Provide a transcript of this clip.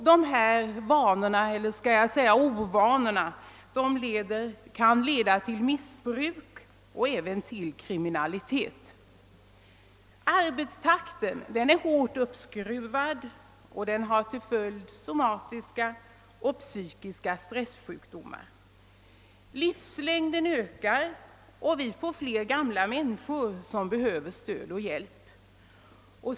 Dessa vanor, eller ovanor, kan leda till missbruk och även till kriminalitet. Arbetstakten är hårt uppskruvad, och den har till följd somatiska och psykiska stresssjukdomar. Livslängden ökar, och vi får fler gamla människor som behöver stöd och hjälp.